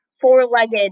four-legged